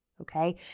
Okay